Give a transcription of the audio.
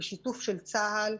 בשיתוף של צה"ל,